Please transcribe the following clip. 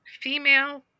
female